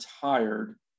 tired